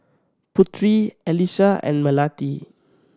Putri Alyssa and Melati